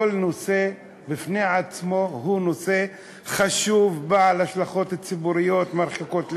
כל נושא בפני עצמו הוא נושא חשוב בעל השלכות ציבוריות מרחיקות לכת.